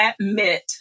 admit